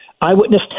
Eyewitness